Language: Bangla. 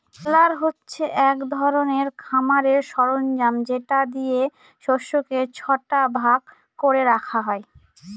বেলার হচ্ছে এক ধরনের খামারের সরঞ্জাম যেটা দিয়ে শস্যকে ছটা ভাগ করে রাখা হয়